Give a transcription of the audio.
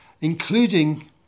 including